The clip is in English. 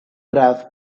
grasp